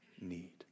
need